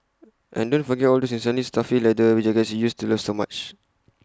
and don't forget all those insanely stuffy leather jackets we used to love so much